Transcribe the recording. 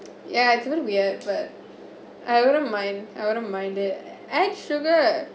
ya it's even weird but I wouldn't mind I wouldn't mind that add sugar